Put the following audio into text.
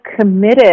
committed